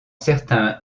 certains